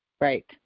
right